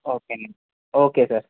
okay అండి okay sir